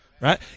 Right